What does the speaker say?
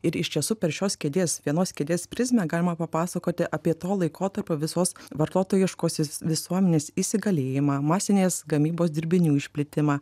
ir iš tiesų per šios kėdės vienos kėdės prizmę galima papasakoti apie to laikotarpio visos vartotojiškosios visuomenės įsigalėjimą masinės gamybos dirbinių išplitimą